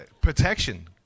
protection